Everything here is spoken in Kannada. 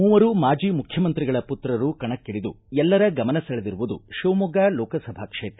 ಮೂವರು ಮಾಜಿ ಮುಖ್ಯಮಂತ್ರಿಗಳ ಪುತ್ರರು ಕಣಕ್ಕಳದು ಎಲ್ಲರ ಗಮನ ಸೆಳೆದಿರುವುದು ಶಿವಮೊಗ್ಗ ಲೋಕಸಭಾ ಕ್ಷೇತ್ರ